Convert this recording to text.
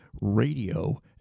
radio